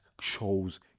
shows